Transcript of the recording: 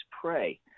pray